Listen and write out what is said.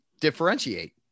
differentiate